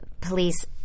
police